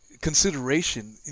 consideration